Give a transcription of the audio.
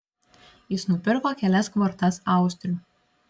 jis nupirko kelias kvortas austrių